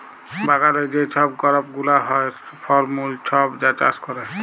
বাগালে যে ছব করপ গুলা হ্যয়, ফল মূল ছব যা চাষ ক্যরে